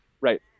Right